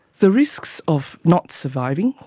the risks of not surviving,